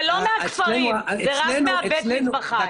זה לא מהכפרים, זה רק מבית המטבחיים.